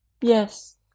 Yes